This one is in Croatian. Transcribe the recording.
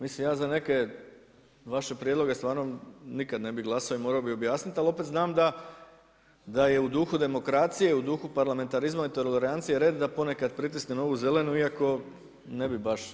Mislim ja za neke vaše prijedloge stvarno nikad ne bih glasao i morao bih objasniti, ali opet znam da je u duhu demokracije, u duhu parlamentarizma i tolerancije red da ponekad pritisnem ovu zelenu iako ne bih baš.